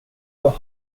your